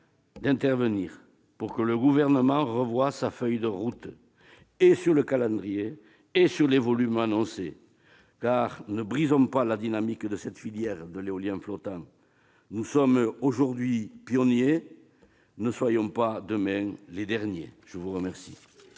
d'intervenir pour que le Gouvernement revoie sa feuille de route s'agissant du calendrier et des volumes annoncés. Ne brisons pas la dynamique de la filière de l'éolien flottant. Nous sommes aujourd'hui pionniers, ne soyons pas demain les derniers ! Très bien